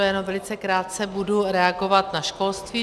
Jenom velice krátce budu reagovat na školství.